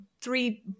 three